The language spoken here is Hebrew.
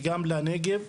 וגם לנגב,